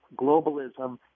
globalism